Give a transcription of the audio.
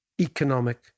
economic